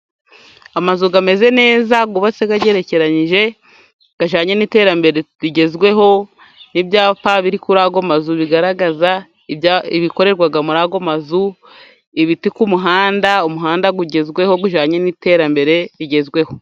Amazu ameze neza yubatse agerekeranyije bijyanye n'iterambere rigezweho. Ibyapa biri kuri ayo mazu bigaragaza ibikorerwa muri ayo mazu. Ibiti ku muhanda ,umuhanda ugezweho bijyanye n'iterambere rigezweho.